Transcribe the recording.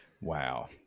Wow